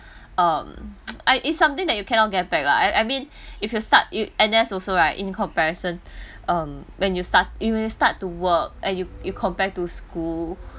um I is something you cannot get back lah I I mean if you start you N_S also right in comparison um when you start you will start to work and you you compare to school